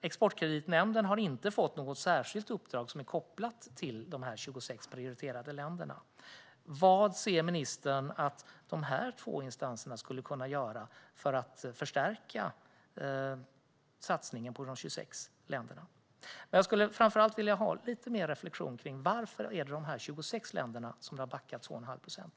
Exportkreditnämnden har inte fått något särskilt uppdrag kopplat till de 26 prioriterade länderna. Vad ser ministern att dessa båda instanser skulle kunna göra för att förstärka satsningen på de 26 länderna? Jag skulle framför allt vilja ha lite mer reflektion om varför exporten till just dessa 26 länder har backat 2,5 procent.